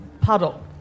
puddle